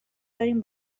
داریم